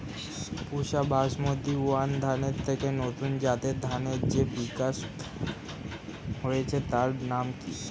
পুসা Basmati one ধানের থেকে নতুন জাতের ধানের যে বিকাশ হয়েছে তার নাম কি?